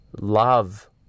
love